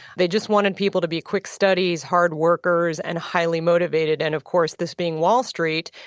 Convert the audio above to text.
they just wanted people to be quick studies, hard workers and highly motivated. and of course, this being wall street,